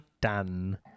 done